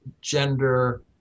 gender